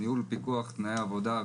ניהול ופיקוח תנאי עבודה,